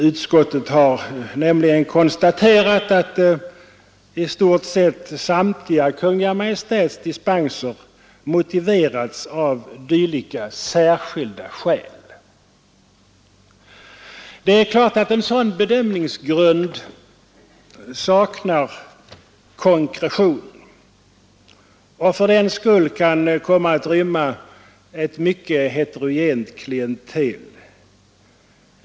Utskottet har nämligen konstaterat att i stort sett samtliga Kungl. Maj:ts dispenser motiverats av dylika ”särskilda skäl”. Det är klart att en sådan bedömningsgrund saknar konkretion. Fördenskull kan den också komma att inrymma ett mycket heterogent klientel.